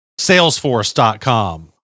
salesforce.com